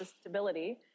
stability